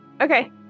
okay